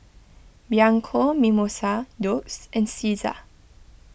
Bianco Mimosa Doux and Cesar